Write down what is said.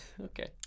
okay